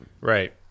Right